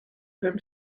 même